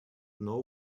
know